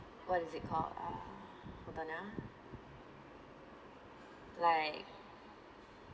what is it called uh hold on ah like